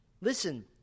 Listen